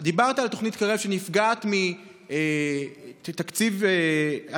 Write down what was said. דיברת על תוכנית קרב שנפגעת מהתקציב ההמשכי,